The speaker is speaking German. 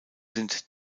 sind